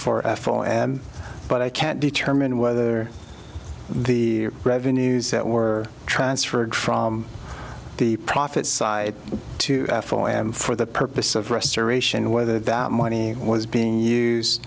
for f l and but i can't determine whether the revenues that were transferred from the profit side to four am for the purpose of restoration whether that money was being used